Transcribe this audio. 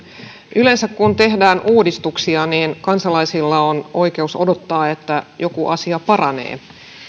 yleensä kun tehdään uudistuksia kansalaisilla on oikeus odottaa että joku asia paranee